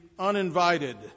uninvited